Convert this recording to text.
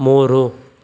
ಮೂರು